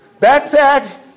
Backpack